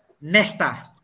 Nesta